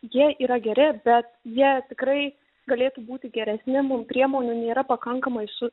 jie yra geri bet jie tikrai galėtų būti geresni mum priemonių nėra pakankamai su